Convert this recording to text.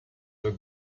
were